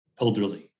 elderly